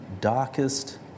darkest